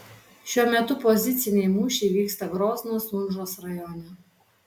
šiuo metu poziciniai mūšiai vyksta grozno sunžos rajone